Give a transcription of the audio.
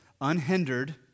unhindered